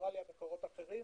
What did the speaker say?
אוסטרליה ומקומות אחרים,